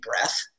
breath